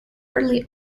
early